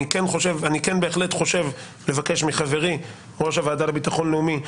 אני בהחלט חושב לבקש מחברי ראש הוועדה לביטחון לאומי,